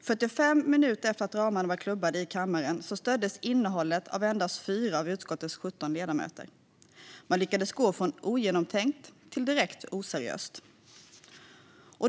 45 minuter efter att ramarna var klubbade i kammaren stöddes innehållet av endast 4 av utskottets 17 ledamöter. De lyckades gå från ogenomtänkt till direkt oseriöst.